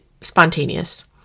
spontaneous